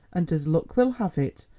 and as luck will have it,